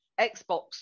Xbox